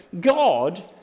God